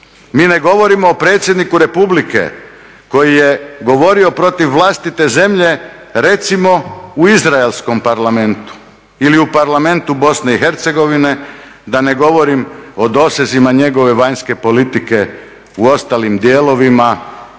Mi ne govorimo o predsjedniku Republike koji je govorio protiv vlastite zemlje recimo u Izraelskom parlamentu ili u Parlamentu BiH da ne govorim o dosezima njegove vanjske politike u ostalim dijelovima